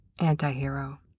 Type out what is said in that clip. antihero